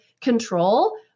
control